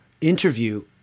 interview